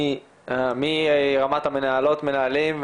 מרמת המנהלות ומנהלים,